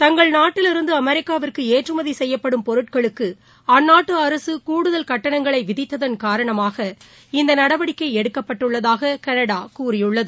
தங்கள் நாட்டில் இருந்து அமெரிக்காவிற்கு ஏற்றுமதி செய்யப்படும் பொருட்களுக்கு அந்நாட்டு அரசு கூடுதல் கட்டணங்களை விதித்ததன் காரணமாக இந்த நடவடிக்கை எடுக்கப்பட்டுள்ளதாக கனடா கூறியுள்ளது